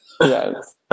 Yes